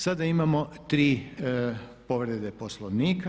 Sada imamo 3 povrede Poslovnika.